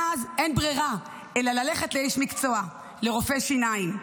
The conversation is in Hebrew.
ואז אין ברירה אלא ללכת לאיש מקצוע, לרופא שיניים.